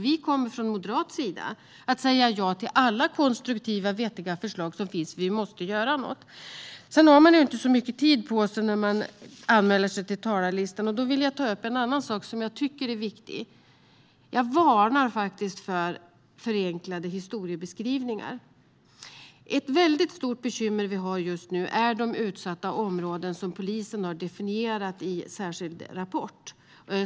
Vi kommer från moderat sida att säga ja till alla konstruktiva, vettiga förslag som finns eftersom något måste göras. Nu har jag inte så mycket anmäld talartid, och därför vill jag ta upp en annan viktig sak. Jag varnar för förenklade historieskrivningar. Ett stort bekymmer som finns just nu är de utsatta områden som polisen har definierat i en särskild rapport.